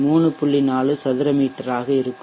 4 சதுரமீட்டர் ஆக இருக்கும்